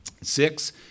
Six